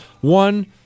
One